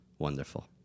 wonderful